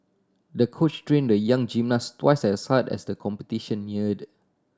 the coach train the young gymnast twice as hard as the competition neared